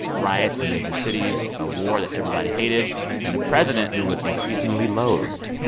riots in major cities, a war that everybody hated and a president who was increasingly loathed.